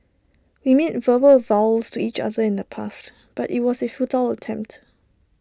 we made verbal vows to each other in the past but IT was A futile attempt